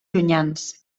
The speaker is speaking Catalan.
llunyans